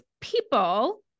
people